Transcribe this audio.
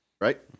Right